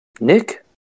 Nick